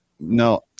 No